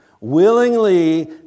willingly